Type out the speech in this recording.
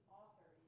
author